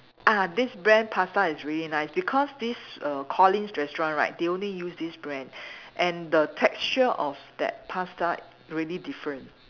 ah this brand pasta is really nice because this err Collin's restaurant right they only use this brand and the texture of that pasta really different